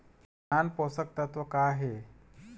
नान पोषकतत्व का हे?